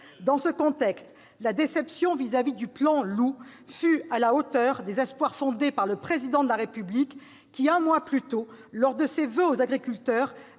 Dans ce contexte, la déception vis-à-vis du plan Loup fut à la hauteur des espoirs suscités par les propos du Président de la République qui, un mois plus tôt, lors de ses voeux aux agriculteurs,